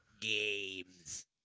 games